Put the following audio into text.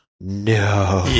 No